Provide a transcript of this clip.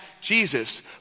Jesus